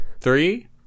Three